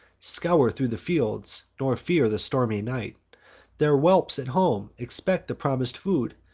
scour thro' the fields, nor fear the stormy night their whelps at home expect the promis'd food,